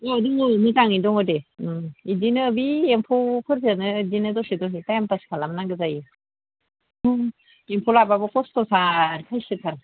औ दङ मोजाङैनो दङ दे ओम बिदिनो बे एम्फौफोरजोंनो बिदिनो दसे दसे टाइम पास खालामनांगौ जायो ओम एम्फौ लाबाबो खस्थ'थार खस्थ'थार